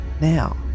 Now